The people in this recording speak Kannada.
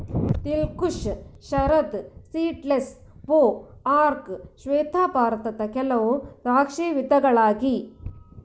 ದಿಲ್ ಖುಷ್, ಶರದ್ ಸೀಡ್ಲೆಸ್, ಭೋ, ಅರ್ಕ ಶ್ವೇತ ಭಾರತದ ಕೆಲವು ದ್ರಾಕ್ಷಿ ವಿಧಗಳಾಗಿ